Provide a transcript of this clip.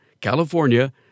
California